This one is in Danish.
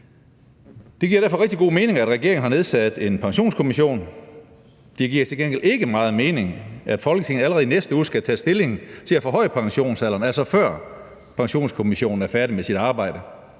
Det giver derfor rigtig god mening, at regeringen har nedsat en Pensionskommission. Det giver til gengæld ikke meget mening, at Folketinget allerede i næste uge skal tage stilling til at forhøje pensionsalderen, altså før Pensionskommissionen er færdig med sit arbejde.